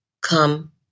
come